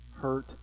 hurt